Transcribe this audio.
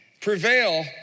prevail